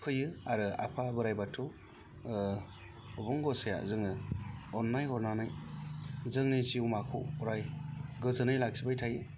फैयो आरो आफा बोराइ बाथौ अबं गसाइआ जोंनो अन्नाय हरनानै जोंनि जिउमाखौ अराय गोजोनै लाखिबाय थायो